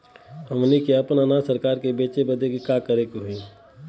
हमनी के आपन अनाज सरकार के बेचे बदे का करे के चाही?